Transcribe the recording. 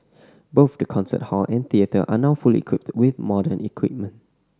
both the concert hall and theatre are now fully equipped with modern equipment